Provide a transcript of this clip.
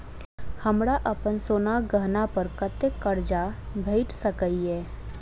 हमरा अप्पन सोनाक गहना पड़ कतऽ करजा भेटि सकैये?